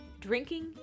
drinking